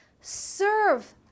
serve